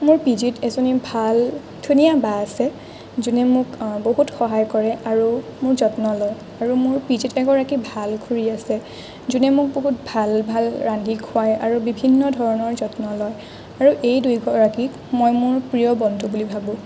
মোৰ পি জিত এজনী ভাল ধুনীয়া বা আছে যোনে মোক বহুত সহায় কৰে আৰু মোৰ যত্ন লয় আৰু মোৰ পি জিত এগৰাকী ভাল খুৰী আছে যোনে মোক বহুত ভাল ভাল ৰান্ধি খোৱাই আৰু বিভিন্ন ধৰণৰ যত্ন লয় আৰু এই দুই গৰাকীক মই মোৰ প্ৰিয় বন্ধু বুলি ভাবোঁ